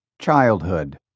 Childhood